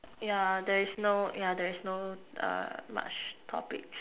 yeah there is no yeah there is no much topics